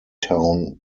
town